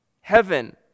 heaven